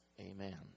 Amen